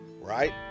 right